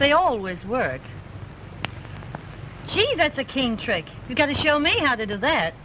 they always were here that's a king trick you got to show me how to do that